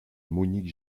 monique